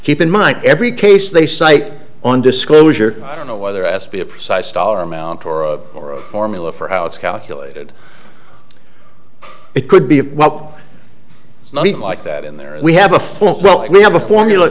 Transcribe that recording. keep in mind every case they cite on disclosure i don't know whether asked be a precise dollar amount or of a formula for how it's calculated it could be well it's not like that in there we have a full well we have a formula